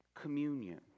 communion